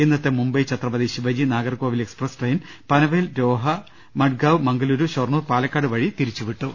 ഇന്നത്തെ Mumbai Chhatrapati Shivaji Nagercoil express train Panvel Roha Madgaon Mangaluru Shoranur Palakkad വഴി തിരിച്ചുവിട്ടു